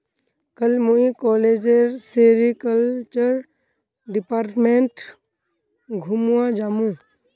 कल मुई कॉलेजेर सेरीकल्चर डिपार्टमेंट घूमवा जामु